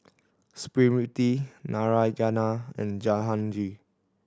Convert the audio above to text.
Smriti Narayana and Jahangir